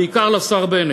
ובעיקר לשר בנט,